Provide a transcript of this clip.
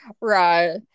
right